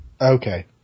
Okay